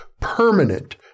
permanent